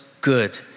good